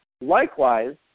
Likewise